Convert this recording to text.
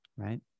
Right